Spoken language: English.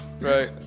right